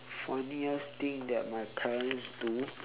funniest thing that my parents do